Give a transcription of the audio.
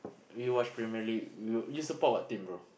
do you watch Premier-League you you support what team bro